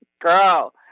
Girl